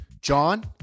John